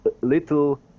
Little